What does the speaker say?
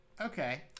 okay